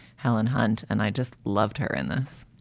helen hunt and i just loved her in this